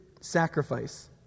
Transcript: sacrifice